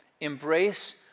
embrace